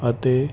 ਅਤੇ